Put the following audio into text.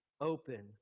open